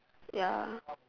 ya